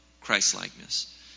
Christ-likeness